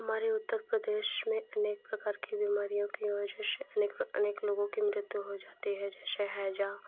हमारे उत्तर प्रदेश में अनेक प्रकार के बीमारियों की वजह से अनेक अनेक लोगों के मृत्यु हो जाती है जैसे हैजा